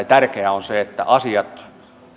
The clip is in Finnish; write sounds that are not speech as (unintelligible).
(unintelligible) tärkeää on se että asiat